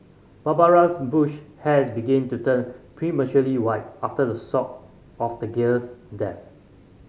Barbara's Bush hairs begin to turn prematurely white after the sock of the girl's death